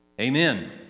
amen